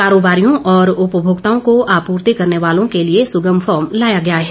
कारोबारियों और उपभोक्ताओं को आपूर्ति करने वालों के लिये सुगम फार्म लाया गया है